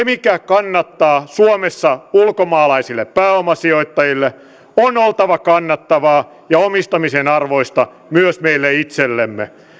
mikä kannattaa suomessa ulkomaalaisille pääomasijoittajille on oltava kannattavaa ja omistamisen arvoista myös meille itsellemme